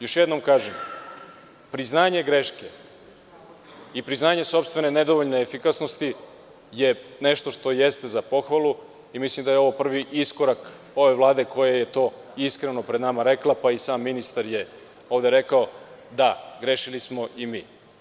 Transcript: Još jednom kažem, priznanje greške i priznanje sopstvene nedovoljne efikasnosti je nešto što jeste za pohvalu i mislim da je ovo prvi iskorak ove Vlade koja je to iskreno pred nama rekla, pa i sam ministar je ovde rekao – da grešili smo i mi.